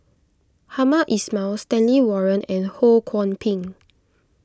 Hamed Ismail Stanley Warren and Ho Kwon Ping